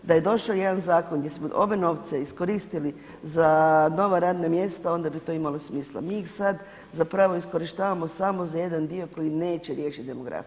Da je došao jedan zakon gdje smo ove novce iskoristili za nova radna mjesta, onda bi to imalo smisla, mi ih sada zapravo iskorištavamo samo za jedan dio koji neće riješiti demografiju.